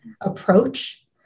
approach